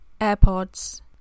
AirPods